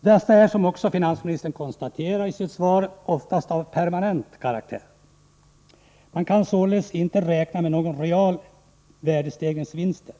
Dessa är, som finansministern konstaterar i sitt svar, oftast av permanent karaktär. Man kan således inte räkna med några reala värdestegringsvinster.